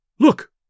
Look